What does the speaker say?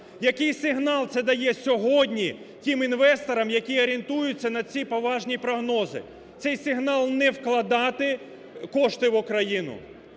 Який сигнал це дає сьогодні тим інвесторам, які орієнтуються на ці поважні прогнози? Цей сигнал – не вкладати кошти в України.